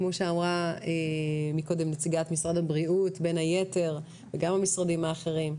כמו שאמרה מקודם נציגת משרד הבריאות בין היתר וגם המשרדים האחרים,